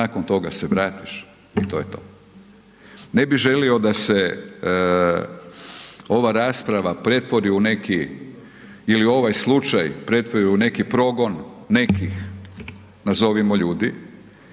nakon toga se vratiš i to je to. Ne bi želio da se ova rasprava pretvori u neki ili ovaj slučaj pretvori u neki progon nekih nazovimo ljudi,